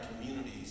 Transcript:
communities